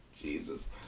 jesus